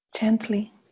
gently